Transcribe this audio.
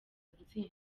gutsindwa